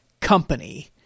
company